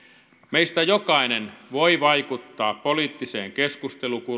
meistä jokainen voi vaikuttaa poliittisen keskustelukulttuurin tervehdyttämiseen